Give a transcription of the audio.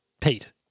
Pete